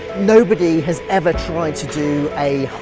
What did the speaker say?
nobody has ever tried to do a